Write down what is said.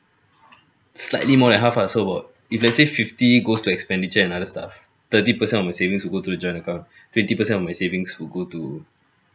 slightly more than half ah so about if let's say fifty goes to expenditure and other stuff thirty percent of my savings would go to the joint account twenty percent of my savings would go to